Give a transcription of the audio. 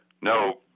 no